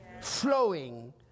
flowing